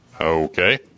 Okay